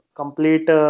complete